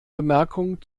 bemerkung